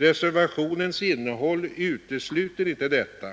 Reservationens innehåll utesluter inte detta,